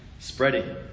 spreading